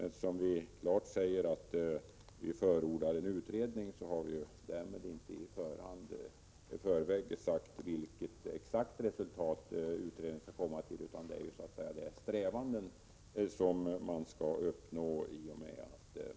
När vi klart förordar en utredning har vi därmed inte i förväg sagt vilket exakt resultat utredningen skall komma fram till utan bara vilket mål man skall sträva efter att nå.